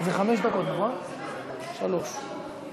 שלוש דקות,